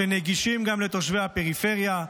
שנגישים גם לתושבי הפריפריה,